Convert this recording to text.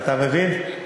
אתה מבין?